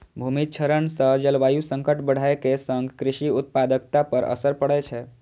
भूमि क्षरण सं जलवायु संकट बढ़ै के संग कृषि उत्पादकता पर असर पड़ै छै